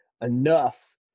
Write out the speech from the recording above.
enough